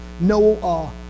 No